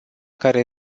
care